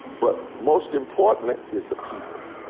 but most importantly is the people.